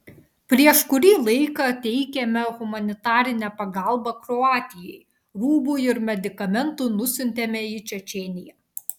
prieš kurį laiką teikėme humanitarinę pagalbą kroatijai rūbų ir medikamentų nusiuntėme į čečėniją